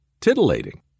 titillating